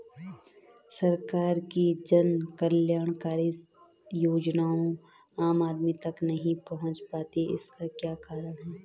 सरकार की जन कल्याणकारी योजनाएँ आम आदमी तक नहीं पहुंच पाती हैं इसका क्या कारण है?